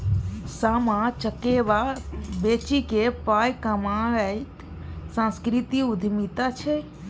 सामा चकेबा बेचिकेँ पाय कमायब सांस्कृतिक उद्यमिता छै